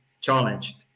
challenged